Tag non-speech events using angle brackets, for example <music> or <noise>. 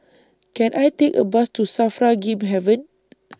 Can I Take A Bus to SAFRA Game Haven <noise>